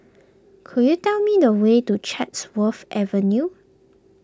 could you tell me the way to Chatsworth Avenue